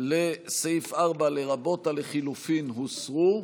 לסעיף 4, לרבות הלחלופין, הוסרו.